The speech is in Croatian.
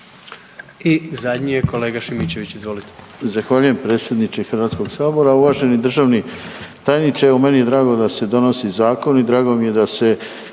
I zadnji je kolega Šimićević, izvolite.